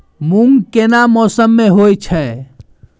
मूंग केना मौसम में होय छै?